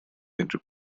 unrhyw